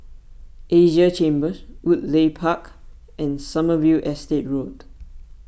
Asia Chambers Woodleigh Park and Sommerville Estate Road